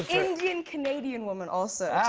indian-canadian women, also.